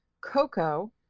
Coco